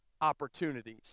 opportunities